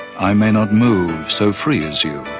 i may not move so free as you